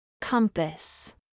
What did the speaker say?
Compass